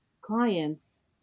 clients